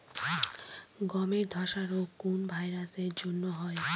গমের ধসা রোগ কোন ভাইরাস এর জন্য হয়?